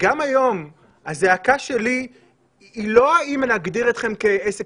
גם היום הזעקה שלי היא לא האם להגדיר אתכם כעסק